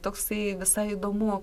toksai visai įdomu